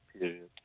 period